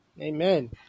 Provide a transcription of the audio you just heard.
Amen